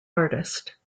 artist